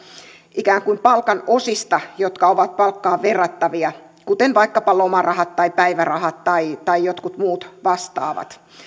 ikään kuin palkanosista jotka ovat palkkaan verrattavia kuten vaikkapa lomarahoista päivärahoista tai tai joistakin muista vastaavista